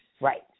right